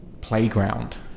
Playground